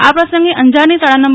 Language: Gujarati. આ પ્રસંગે અંજારની શાળા નં